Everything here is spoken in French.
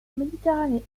méditerranée